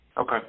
Okay